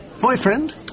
Boyfriend